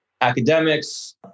academics